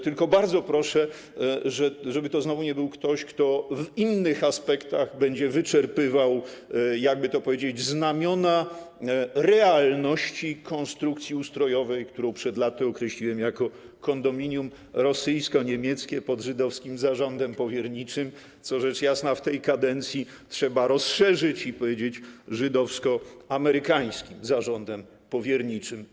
Tylko bardzo proszę, żeby to znowu nie był ktoś, kto w innych aspektach będzie wyczerpywał, jak by to powiedzieć, znamiona realności konstrukcji ustrojowej, którą przed laty określiłem jako kondominium rosyjsko-niemieckie pod żydowskim zarządem powierniczym, co rzecz jasna w tej kadencji trzeba rozszerzyć i powiedzieć: żydowsko-amerykańskim zarządem powierniczym.